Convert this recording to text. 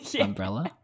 umbrella